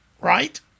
right